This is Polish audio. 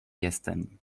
jestem